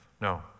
no